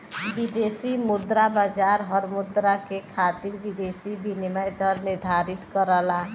विदेशी मुद्रा बाजार हर मुद्रा के खातिर विदेशी विनिमय दर निर्धारित करला